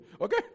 okay